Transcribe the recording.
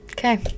Okay